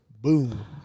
boom